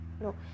no